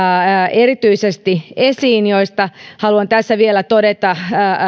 erityisesti muutamia kohtia joista haluan tässä vielä todeta